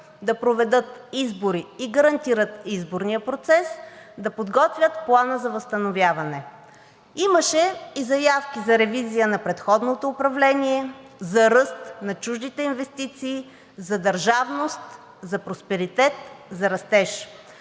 да проведат избори и да гарантират изборния процес; да подготвят Плана за възстановяване. Имаше и заявки за ревизия на предходното управление, за ръст на чуждите инвестиции, за държавност, за просперитет, за растеж.